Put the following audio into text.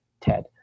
TED